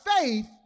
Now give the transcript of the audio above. faith